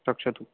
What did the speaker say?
रक्षतु